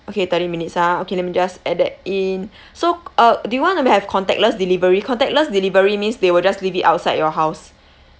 okay thirty minutes ah okay let me just add that in so uh do you want to have contactless delivery contactless delivery means they will just leave it outside your house